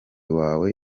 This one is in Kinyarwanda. wawe